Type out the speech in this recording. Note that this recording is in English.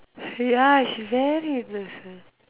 ya she very innocent